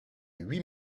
huit